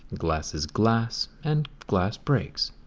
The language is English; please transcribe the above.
glass is glass, and glass breaks.